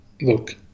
Look